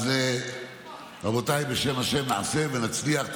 אז רבותיי, בשם השם נעשה ונצליח.